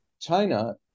China